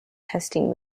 testing